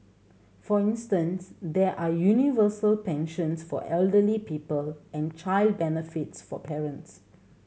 for instance there are universal pensions for elderly people and child benefits for parents